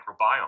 microbiome